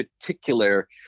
particular